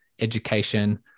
education